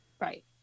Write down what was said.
Right